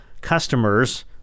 customers